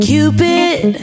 Cupid